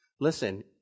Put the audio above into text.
Listen